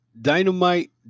Dynamite